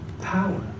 power